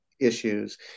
issues